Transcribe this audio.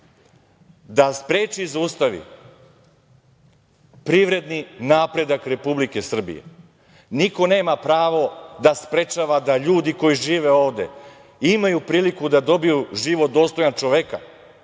da spreči i zaustavi privredni napredak Republike Srbije. Niko nema pravo da sprečava da ljudi koji žive ovde, imaju priliku da dobiju život dostojan čoveka,